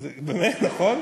באמת, נכון?